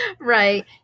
Right